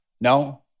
No